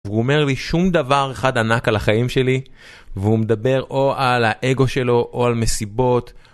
הוא אומר לי שום דבר אחד ענק על החיים שלי והוא מדבר או על האגו שלו או על מסיבות.